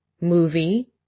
movie